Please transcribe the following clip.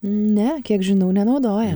ne kiek žinau nenaudoja